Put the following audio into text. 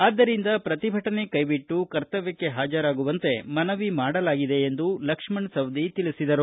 ಆದ್ದರಿಂದ ಪ್ರತಿಭಟನೆ ಕೈಬಿಟ್ಟು ಕರ್ತವ್ಯಕ್ಕೆ ಪಾಜರಾಗುವಂತೆ ಮನವಿ ಮಾಡಲಾಗಿದೆ ಎಂದು ಲಕ್ಷ್ಮಣ ಸವದಿ ತಿಳಿಸಿದರು